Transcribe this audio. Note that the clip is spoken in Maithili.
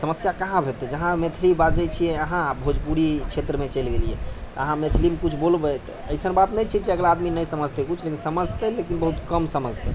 समस्या कहाँ हेतै जहाँ मैथिली बाजै छियै अहाँ भोजपुरी क्षेत्रमे चलि गेलियै अहाँ मैथिलीमे कुछ बोलबै तऽ अइसन बात नहि छै अगिला आदमी नहि समझतै किछु समझतै लेकिन बहुत कम समझतै